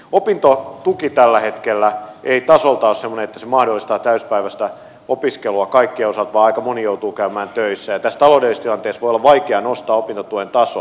opintotuki tällä hetkellä ei tasoltaan ole semmoinen että se mahdollistaa täysipäiväistä opiskelua kaikkien osalta vaan aika moni joutuu käymään töissä ja tässä taloudellisessa tilanteessa voi olla vaikea nostaa opintotuen tasoa